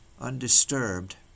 undisturbed